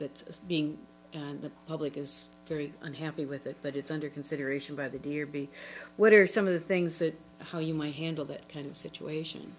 is being on the public is very unhappy with it but it's under consideration by the dear be what are some of the things that how you might handle that kind of situation